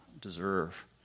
deserve